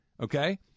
okay